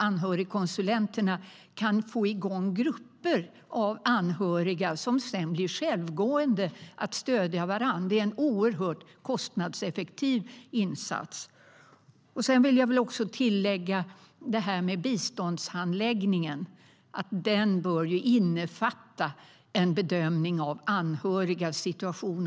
Anhörigkonsulenterna kan få igång grupper av anhöriga som sedan blir självgående och stöder varandra. Det är en oerhört kostnadseffektiv insats. Jag vill tillägga att biståndshandläggningen också bör innefatta en bedömning av anhörigas situation.